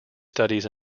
studies